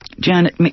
Janet